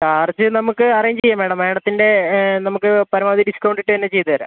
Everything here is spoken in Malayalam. ചാർജ് നമുക്ക് അറേഞ്ച് ചെയ്യാം മാഡം മാഡത്തിൻ്റെ നമുക്ക് പരമാവധി ഡിസ്ക്കൗണ്ട് ഇട്ട് തന്നെ ചെയ്തു തരാം